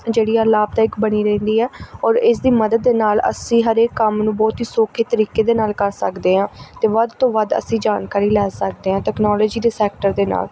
ਜਿਹੜੀ ਆ ਲਾਭਦਾਇਕ ਬਣੀ ਰਹਿੰਦੀ ਆ ਔਰ ਇਸਦੀ ਮਦਦ ਦੇ ਨਾਲ ਅਸੀਂ ਹਰੇਕ ਕੰਮ ਨੂੰ ਬਹੁਤ ਹੀ ਸੌਖੇ ਤਰੀਕੇ ਦੇ ਨਾਲ ਕਰ ਸਕਦੇ ਹਾਂ ਅਤੇ ਵੱਧ ਤੋਂ ਵੱਧ ਅਸੀਂ ਜਾਣਕਾਰੀ ਲੈ ਸਕਦੇ ਹਾਂ ਤਕਨੋਲੋਜੀ ਦੇ ਸੈਕਟਰ ਦੇ ਨਾਲ